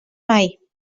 mai